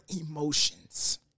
emotions